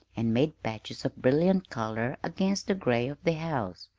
and made patches of brilliant color against the gray of the house.